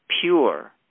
pure